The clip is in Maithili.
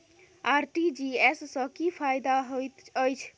आर.टी.जी.एस सँ की फायदा होइत अछि?